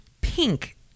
pink